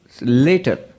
later